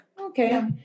Okay